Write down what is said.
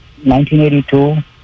1982